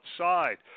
outside